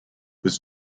was